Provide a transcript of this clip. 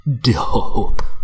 dope